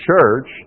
church